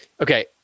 Okay